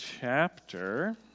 chapter